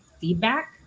feedback